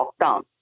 lockdown